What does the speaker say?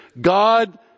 God